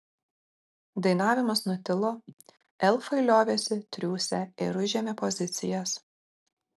dainavimas nutilo elfai liovėsi triūsę ir užėmė pozicijas